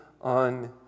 on